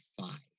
five